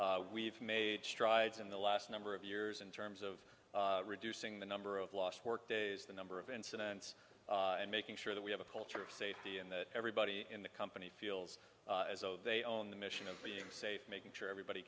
seriously we've made strides in the last number of years in terms of reducing the number of lost workdays the number of incidents and making sure that we have a culture of safety and that everybody in the company feels as though they own the mission of being safe making sure everybody